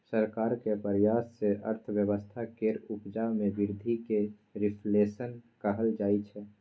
सरकारक प्रयास सँ अर्थव्यवस्था केर उपजा मे बृद्धि केँ रिफ्लेशन कहल जाइ छै